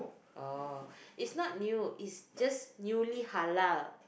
oh it's not new it's just newly halal